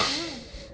ya